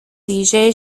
ویژه